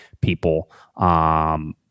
people